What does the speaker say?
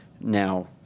now